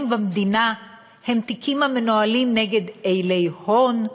במדינה הם תיקים המנוהלים נגד אילי הון,